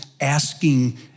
asking